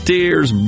Tears